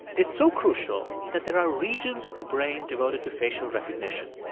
it's so crucial that there are regions of the brain devoted to facial recognition.